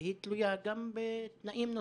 והם תלויים גם בתנאים נוספים.